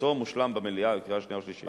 לראותו מושלם במליאה בקריאה שנייה ושלישית.